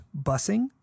busing